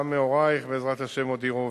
גם הורייך בעזרת השם עוד יראו,